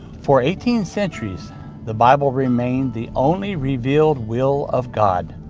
for eighteen centuries the bible remained the only revealed will of god.